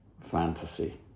fantasy